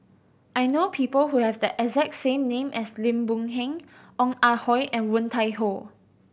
I know people who have the exact same name as Lim Boon Heng Ong Ah Hoi and Woon Tai Ho